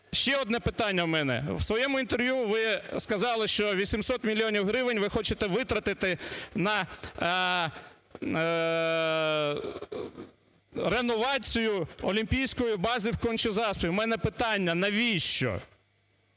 ще одне питання в мене. В своєму інтерв'ю ви сказали, що 800 мільйонів гривень ви хочете витратити на реновацію олімпійської бази в Конча-Заспі. В мене питання: навіщо?